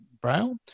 braille